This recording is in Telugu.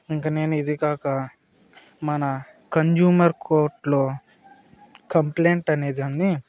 ఇంక నేను ఇది కాక మన కంజ్యూమర్ కోర్ట్ లో కంప్లైంట్ అనే దాన్ని